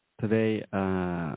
today